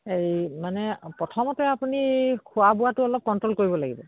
এই মানে প্ৰথমতে আপুনি খোৱা বোৱাটো অলপ কণ্ট্ৰল কৰিব লাগিব